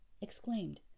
exclaimed